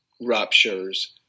ruptures